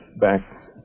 back